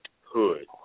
Hood